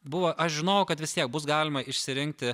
buvo aš žinojau kad vis tiek bus galima išsirinkti